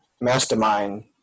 mastermind